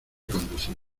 conducir